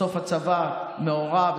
בסוף הצבא מעורב,